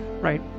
right